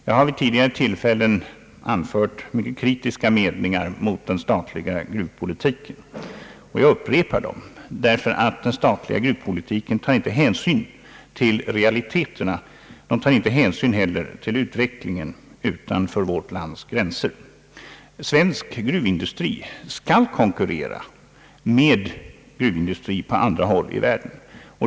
Jag har vid tidigare tillfällen anfört mycket kritiska meningar mot den statliga gruvpolitiken och jag upprepar dem. Den statliga gruvpolitiken tar inte hänsyn till realiteterna. Inte heller tar den hänsyn till utvecklingen utanför vårt lands gränser. Svensk gruvindustri skall konkurrera med gruvindustri på andra håll i världen.